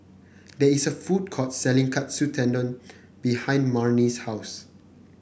there is a food court selling Katsu Tendon behind Marnie's house